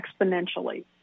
exponentially